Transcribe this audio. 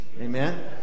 Amen